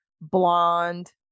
blonde